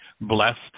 blessed